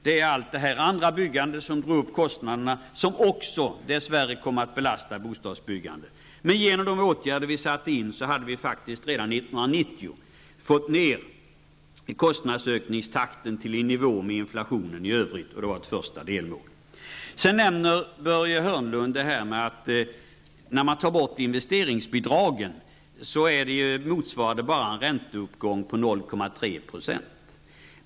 Det är allt det övriga byggandet som har drivit upp kostnaderna, som dessvärre kommer att belasta bostadsbyggandet. Med hjälp av de åtgärder som regeringen satte in hade takten på kostnadsökningarna redan 1990 gått ned till nivå med inflationen i övrigt. Det var ett första delmål. Börje Hörnlund nämnde att när investeringsbidragen tas bort motsvarar det endast en ränteuppgång på 0,3 %.